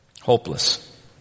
Hopeless